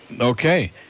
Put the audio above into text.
Okay